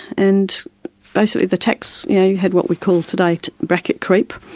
and basically the tax yeah had what we call today, bracket creep,